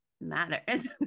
matters